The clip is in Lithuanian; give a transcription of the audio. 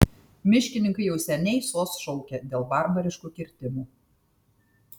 miškininkai jau seniai sos šaukia dėl barbariškų kirtimų